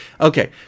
Okay